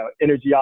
energy